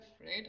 right